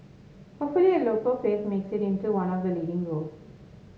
hopefully a local face makes it into one of the leading roles